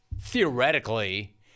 theoretically